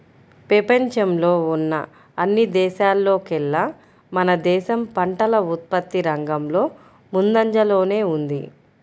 పెపంచంలో ఉన్న అన్ని దేశాల్లోకేల్లా మన దేశం పంటల ఉత్పత్తి రంగంలో ముందంజలోనే ఉంది